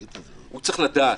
הוא צריך לדעת